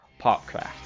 popcraft